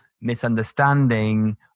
misunderstanding